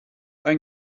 ein